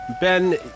Ben